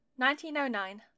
1909